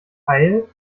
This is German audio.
teil